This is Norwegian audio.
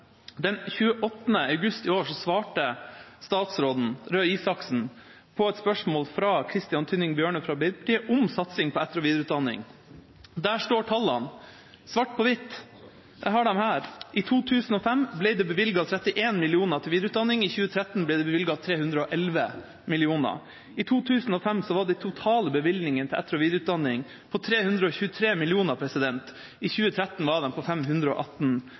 i år svarte statsråd Røe Isaksen på et spørsmål fra Christian Tynning Bjørnø fra Arbeiderpartiet om satsing på etter- og videreutdanning. Der står tallene svart på hvitt. Jeg har dem her. I 2005 ble det bevilget 31 mill. kr til videreutdanning, i 2013 ble det bevilget 311 mill. kr. I 2005 var den totale bevilgninga til etter- og videreutdanning på 323 mill. kr. I 2013 var den på 518